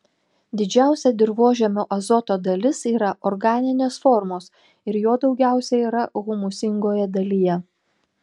didžiausia dirvožemio azoto dalis yra organinės formos ir jo daugiausiai yra humusingoje dalyje